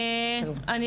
אני